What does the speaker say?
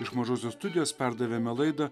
iš mažosios studijos perdavėme laidą